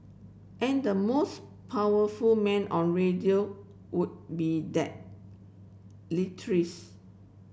and the most powerful man on radio would be that